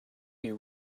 you